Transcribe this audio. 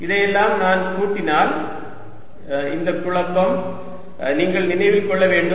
இதையெல்லாம் நான் கூட்டினால் இந்த குழப்பம் நீங்கள் நினைவில் கொள்ள வேண்டும்